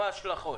מה ההשלכות.